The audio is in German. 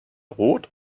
rot